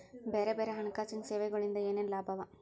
ಬ್ಯಾರೆ ಬ್ಯಾರೆ ಹಣ್ಕಾಸಿನ್ ಸೆವೆಗೊಳಿಂದಾ ಏನೇನ್ ಲಾಭವ?